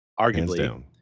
arguably